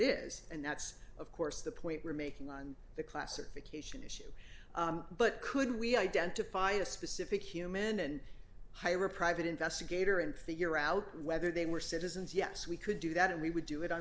that's of course the point where making on the classification issue but could we identify a specific human and hire a private investigator and figure out whether they were citizens yes we could do that and we would do it